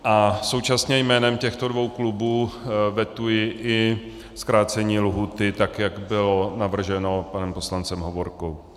A současně jménem těchto dvou klubů vetuji i zkrácení lhůty, tak jak bylo navrženo panem poslancem Hovorkou.